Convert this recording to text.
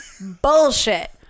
bullshit